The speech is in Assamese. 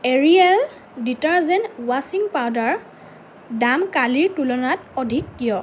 এৰিয়েল ডিটাৰজেন্ট ৱাশ্বিং পাউডাৰৰ দাম কালিৰ তুলনাত অধিক কিয়